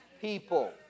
people